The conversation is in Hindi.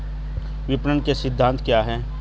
विपणन के सिद्धांत क्या हैं?